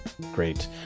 Great